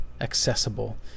accessible